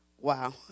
Wow